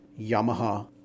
Yamaha